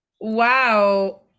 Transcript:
wow